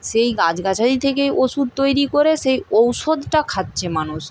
সেই গাছগাছালি থেকেই ওষুধ তৈরি করে সেই ঔষধটা খাচ্ছে মানুষ